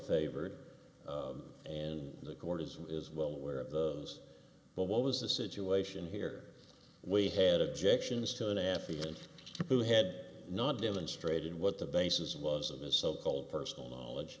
favor and the court as is well aware of those but what was the situation here we had objections to an f b i agent who had not demonstrated what the basis was of his so called personal knowledge